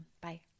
bye